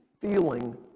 feeling